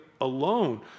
alone